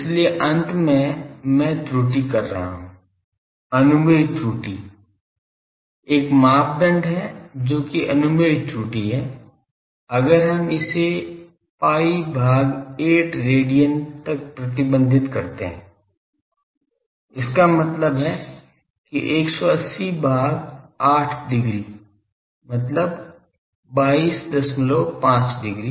इसलिए अंत में मैं त्रुटि कर रहा हूं अनुमेय त्रुटि एक मापदंड है जो कि अनुमेय त्रुटि है अगर हम इसे pi भाग 8 रेडियन तक प्रतिबंधित करते हैं इसका मतलब है कि 180 भाग 8 डिग्री मतलब 225 डिग्री